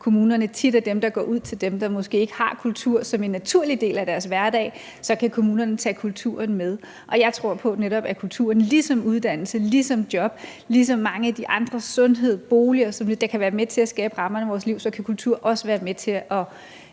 kommunerne tit er dem, der går ud til dem, der måske ikke har kultur som en naturlig del af deres hverdag, så kan kommunerne tage kulturen med. Og jeg tror netop på, at ligesom uddannelse, job, sundhed, bolig osv. kan være med til at skabe rammerne i vores liv, så kan kultur også være med til at